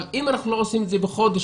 אבל אם אנחנו לא עושים את זה בחודש,